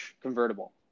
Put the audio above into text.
convertible